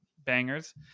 Bangers